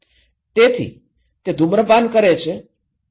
તેથી તે ધૂમ્રપાન કરે છે